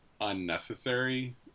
unnecessary